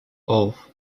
off